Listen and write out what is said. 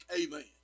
Amen